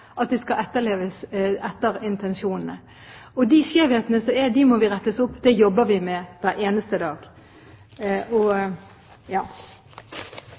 at de skal etterleves etter intensjonene. De skjevhetene som er der, må rettes opp. Det jobber vi med hver eneste dag.